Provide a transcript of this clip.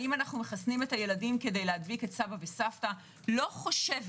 האם אנחנו מחסנים את הילדים כדי להדביק את סבא וסבתא לא חושבת